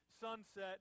sunset